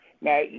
Now